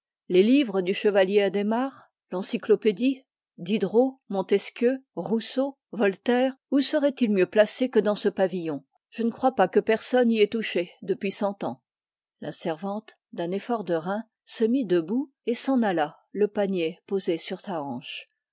les livres du chevalier adhémar l encyclopédie diderot montesquieu rousseau voltaire où seraientils mieux placés que dans ce pavillon je ne crois pas que personne y ait touché depuis cent ans la servante d'un effort de reins se mit debout et s'en alla le panier posé sur sa hanche